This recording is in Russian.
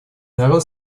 народ